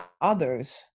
others